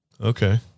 Okay